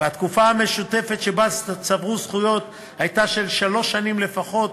והתקופה המשותפת שבה צברו זכויות הייתה של שלוש שנים לפחות,